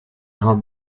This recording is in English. had